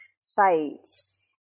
sites